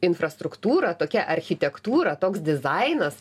infrastruktūra tokia architektūra toks dizainas